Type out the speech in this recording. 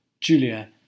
Julia